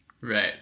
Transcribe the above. right